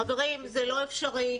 חברים, זה לא אפשרי,